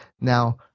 Now